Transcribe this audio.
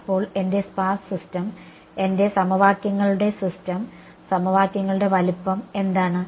അപ്പോൾ എന്റെ sparse system എന്റെ സമവാക്യങ്ങളുടെ സിസ്റ്റം സമവാക്യങ്ങളുടെ വലിപ്പം എന്താണ്